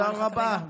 תודה רבה.